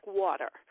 water